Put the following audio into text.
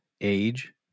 age